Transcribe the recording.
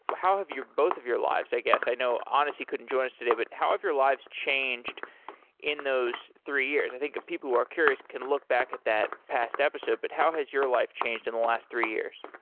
but how have both of your lives, i guess, i know ah anesi couldn't join us today, but how have your lives changed in those three years? i think people who are curious can look back at that past episode, but how has your life changed in the last three years?